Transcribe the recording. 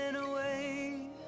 away